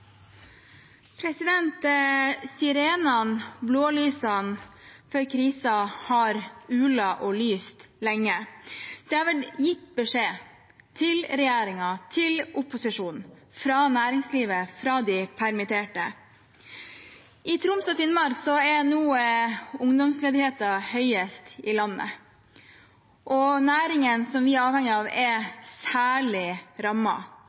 Sirenene og blålysene for krisen har ult og lyst lenge. Det har vært gitt beskjed til regjeringen, til opposisjonen fra næringslivet, fra de permitterte. I Troms og Finnmark er nå ungdomsledigheten høyest i landet, og næringene som vi er avhengig av,